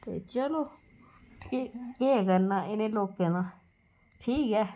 ते चलो ठीक केह् करना इ'नें लोकें दा ठीक ऐ